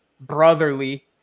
brotherly